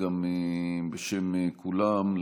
בשם כולם,